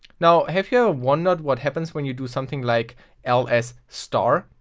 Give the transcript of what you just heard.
now have you ever wondered what happens when you do something like ls star?